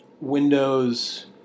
Windows